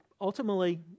ultimately